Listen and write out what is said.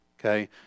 Okay